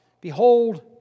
behold